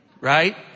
Right